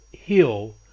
heal